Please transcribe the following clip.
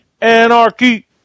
Anarchy